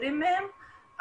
ונפטרים מהם,